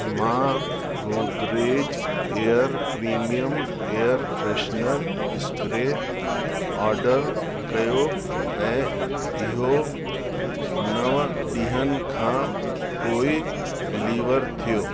मां Godrej air premium air freshener spray order कयो ऐं इहो नव ॾींहनि खां पोइ डिलीवर थियो